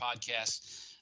podcasts